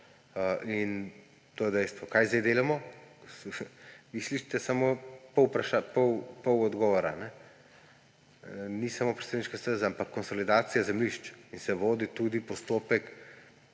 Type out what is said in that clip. in to je dejstvo. Kaj zdaj delamo? Vi slišite samo pol odgovora. Ni samo pristajalna steza, ampak konsolidacija zemljišč in se vodi tudi postopek